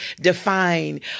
define